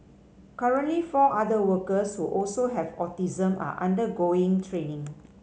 currently four other workers who also have autism are undergoing training